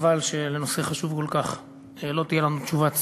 חבל שבנושא חשוב כל כך לא תהיה לנו תשובת שר.